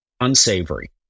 unsavory